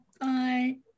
Bye